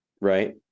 Right